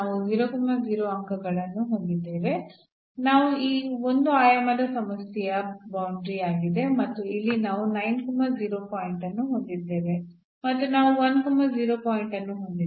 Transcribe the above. ನಾವು ಅಂಕಗಳನ್ನು ಹೊಂದಿದ್ದೇವೆ ಇದು ಈ ಒಂದು ಆಯಾಮದ ಸಮಸ್ಯೆಯ ಬೌಂಡರಿಯಾಗಿದೆ ಮತ್ತು ಇಲ್ಲಿ ನಾವು ಪಾಯಿಂಟ್ ಅನ್ನು ಹೊಂದಿದ್ದೇವೆ ಮತ್ತು ನಾವು ಪಾಯಿಂಟ್ ಅನ್ನು ಹೊಂದಿದ್ದೇವೆ